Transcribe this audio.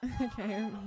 okay